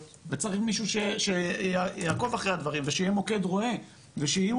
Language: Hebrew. וצריך מישהו שיעקוב אחרי הדברים ושיהיה מוקד רואה ושיהיו